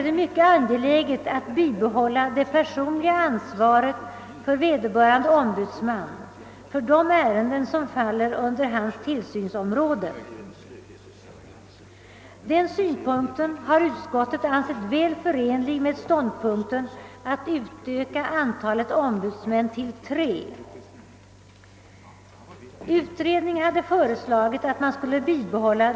Det finns emellertid även andra, bland dem flera som ej berör den nuvarande instruktionen utan fastmer utbildad riksdagspraxis, för att inte säga praxis inom riksdagsgrupperna.